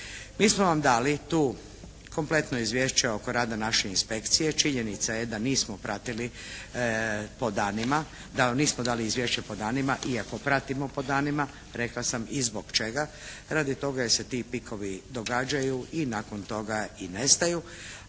Mi smo vam dali tu kompletno izvješće oko rada naše inspekcije. Činjenica je da nismo pratili po danima. Da nismo dali izvješće po danima iako pratimo po danima, rekla sam i zbog čega. Radi toga jer se ti pikovi događaju i nakon toga i nestaju,